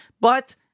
but-